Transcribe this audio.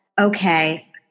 okay